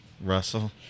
Russell